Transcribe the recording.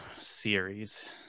series